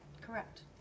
Correct